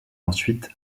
ensuite